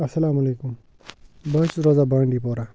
اَلسلامُ علیکُم بہٕ حظ چھُس روزان بانٛڈی پوٗرا